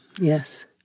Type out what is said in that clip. Yes